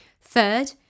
Third